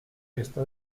está